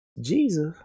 Jesus